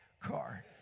car